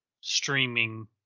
streaming